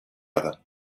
other